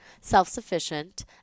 self-sufficient